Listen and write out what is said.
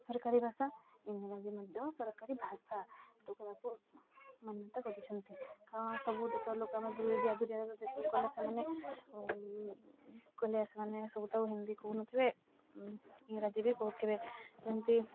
ସରକାରୀ ଭାଷା ଇଂରାଜୀ ମଧ୍ୟ ସରକାରୀ ଭାଷା ଲୋକ ତାକୁ ମାନ୍ୟତା କରିଛନ୍ତି କାରଣ ସବୁ ଦେଶ ଲୋକ ମଧ୍ୟ ଦୂରୀୟ ଦୂରୀୟ ଦେଶ ଲୋକ ସେମାନେ କଲେ ସେମାନେ ସବୁ ତ ହିନ୍ଦୀ କହୁନଥିବେ ଇଂରାଜୀ ବି କହୁଥିବେ ଯେମିତି